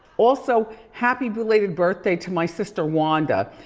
also, happy belated birthday to my sister, wanda.